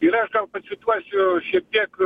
ir aš gal pacituosiu šiek tiek